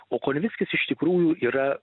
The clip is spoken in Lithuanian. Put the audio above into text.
o konvickis iš tikrųjų yra